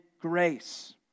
grace